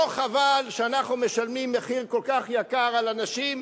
לא חבל שאנחנו משלמים מחיר כל כך יקר על אנשים,